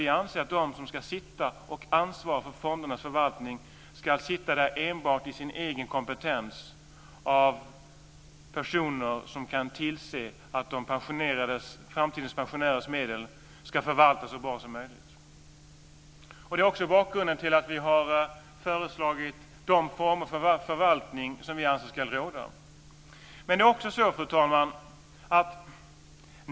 Vi anser att de som ska sitta och ansvara för fondernas förvaltning ska sitta där enbart i kraft av deras egen kompetens. Det ska vara personer som kan tillse att framtidens pensionärers medel ska förvaltas så bra som möjligt. Det är också bakgrunden till att vi har föreslagit de former för förvaltning som vi anser ska råda. Fru talman!